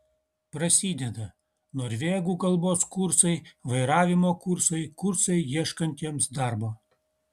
prasideda norvegų kalbos kursai vairavimo kursai kursai ieškantiems darbo